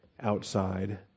outside